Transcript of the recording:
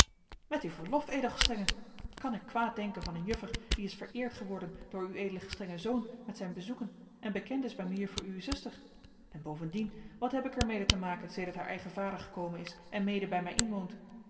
met uw verlof edel gestrenge kan ik kwaad denken van een juffer die is vereerd geworden door ued gestrengen zoon met zijn bezoeken en bekend is bij mejuffer uwe zuster en bovendien wat heb ik er mede te maken sedert haar eigen vader gekomen is en mede bij mij inwoont